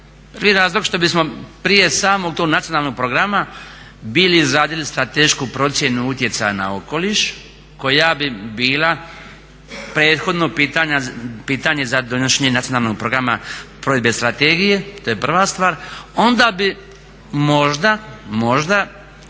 Prvi razlog što bismo prije samog tog nacionalnog programa bili izradili stratešku procjenu utjecaja na okoliš koja bi bila prethodno pitanje za donošenje Nacionalnog programa provedbe strategije. To je prva stvar. Onda bi možda, možda